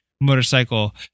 motorcycle